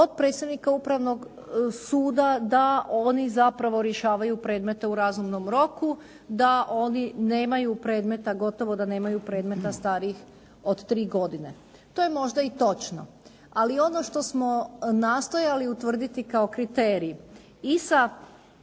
predstavnika Upravnog suda da oni zapravo rješavaju predmeta u razumnom roku, da oni nemaju predmeta, gotovo da nemaju predmeta starijih od tri godine. To je možda i točno. Ali ono što smo nastojali utvrditi kao kriterij i sa